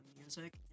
music